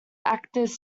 actors